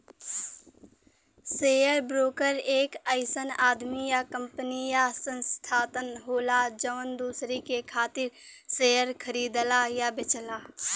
share broker एक अइसन आदमी या कंपनी या संस्थान होला जौन दूसरे के खातिर शेयर खरीदला या बेचला